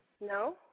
No